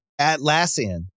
Atlassian